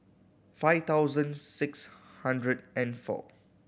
five thousand six hundred and four